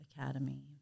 Academy